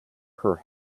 her